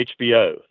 HBO